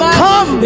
come